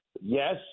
Yes